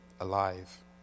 alive